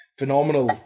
Phenomenal